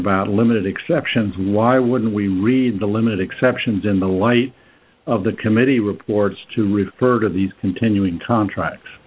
about limited exceptions why wouldn't we read the limit exceptions in the light of the committee reports to refer to these continuing contracts